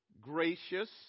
gracious